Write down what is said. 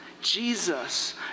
Jesus